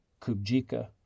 Kubjika